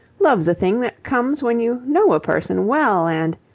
love's a thing that comes when you know a person well and.